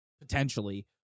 potentially